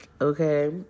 okay